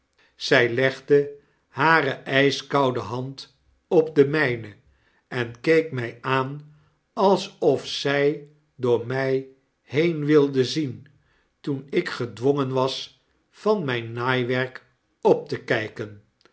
zij legde hare ijskoude hand op de mijne en keek mij aan alsof zij door mij heen wilde zien toen ik gedwongen wasvanmijnnaaiwerkopte kijken